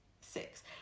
six